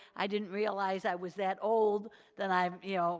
i didn't realize i was that old that i'm, you know,